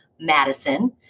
Madison